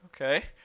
Okay